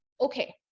Okay